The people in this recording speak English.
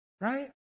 Right